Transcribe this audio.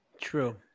True